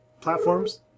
platforms